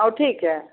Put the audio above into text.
औँठीके